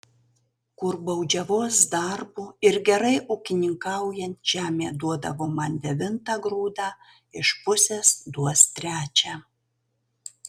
kur baudžiavos darbu ir gerai ūkininkaujant žemė duodavo man devintą grūdą iš pusės duos trečią